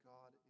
God